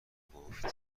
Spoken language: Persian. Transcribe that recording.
گفت